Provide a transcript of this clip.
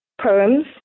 poems